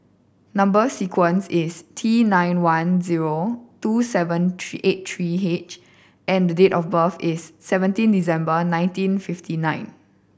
number sequence is T nine one zero two seven three eight three H and the date of birth is seventeen December nineteen fifty nine